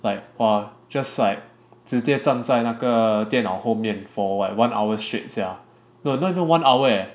like or just like 直接站在那个电脑后面 for what one hours straight sia no not even one hour eh